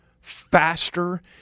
faster